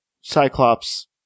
Cyclops